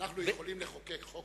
אנחנו יכולים לחוקק חוק,